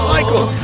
Michael